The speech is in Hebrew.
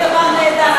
דבר נהדר.